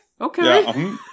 okay